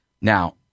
Now